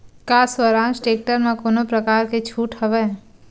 का स्वराज टेक्टर म कोनो प्रकार के छूट हवय?